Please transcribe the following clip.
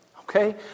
okay